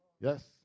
Yes